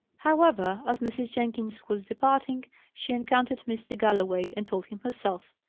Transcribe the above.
however, as mrs. jenkins was departing, she encountered mr. galloway, and told him herself.